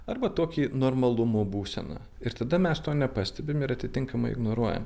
arba tokį normalumo būsena ir tada mes to nepastebim ir atitinkamai ignoruojam